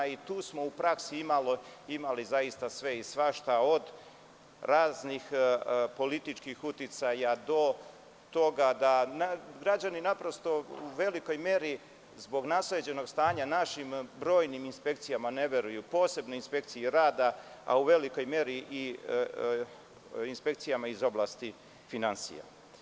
Tu smo imali sve i svašta u praksi, od raznih političkih uticaja do toga da građani u velikoj meri, zbog nasleđenog stanja, našim brojnim inspekcijama ne veruju, a posebno inspekciji rada, a u velikoj meri i inspekcijama iz oblasti finansija.